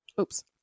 Oops